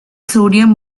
sodium